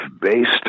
based